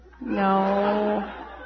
No